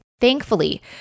Thankfully